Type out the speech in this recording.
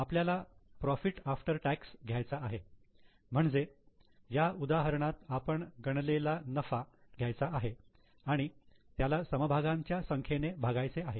आपल्याला profit after tax घ्यायचा आहे म्हणजे या उदाहरणात आपण गणले ला नफा घ्यायचा आहे आणि त्याला समभागांच्या संख्येने भागायचे आहे